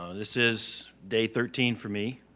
ah this is day thirteen for me.